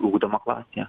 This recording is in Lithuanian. ugdoma klasėje